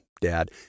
dad